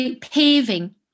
paving